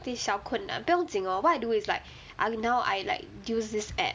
有点小困难不用经 lor what I do is like I now I like use this app